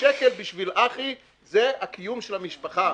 השקל בשביל אחי זה הקיום של המשפחה,